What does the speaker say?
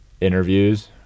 interviews